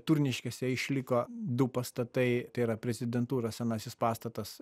turniškėse išliko du pastatai tai yra prezidentūros senasis pastatas